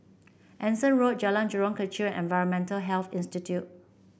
Anson Road Jalan Jurong Kechil and Environmental Health Institute